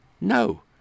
No